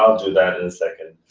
um do that in a second.